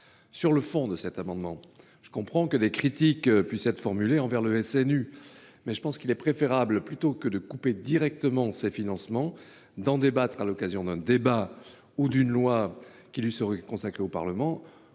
Sur le fond, je comprends que des critiques puissent être formulées envers le SNU, mais il me semble préférable, plutôt que de couper directement ses financements, d’en discuter à l’occasion d’un débat ou d’une loi qui lui serait consacrée au Parlement,